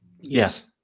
Yes